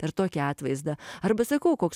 per tokį atvaizdą arba sakau koks